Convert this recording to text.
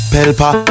Pelpa